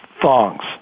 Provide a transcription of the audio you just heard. Thongs